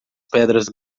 pedras